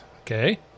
okay